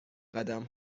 قدم